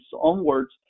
onwards